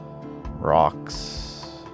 rocks